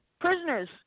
Prisoners